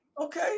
Okay